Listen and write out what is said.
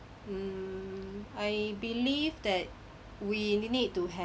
mm I believe that we really need to